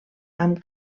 amb